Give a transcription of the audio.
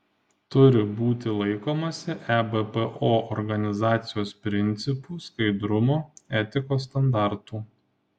turi būti laikomasi ebpo organizacijos principų skaidrumo etikos standartų